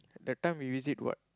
that time we visit what